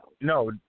No